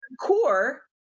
Core